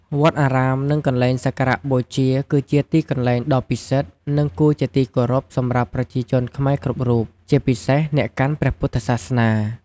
វត្តអារាម និងកន្លែងសក្ការបូជា គឺជាទីកន្លែងដ៏ពិសិដ្ឋ និងគួរជាទីគោរពសម្រាប់ប្រជាជនខ្មែរគ្រប់រូប ជាពិសេសអ្នកកាន់ព្រះពុទ្ធសាសនា។